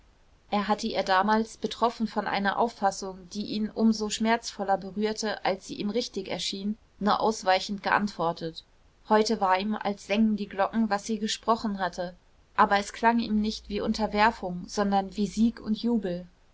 er hatte ihr damals betroffen von einer auffassung die ihn um so schmerzvoller berührte als sie ihm richtig erschien nur ausweichend geantwortet heute war ihm als sängen die glocken was sie gesprochen hatte aber es klang ihm nicht wie unterwerfung sondern wie sieg und jubel